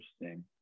Interesting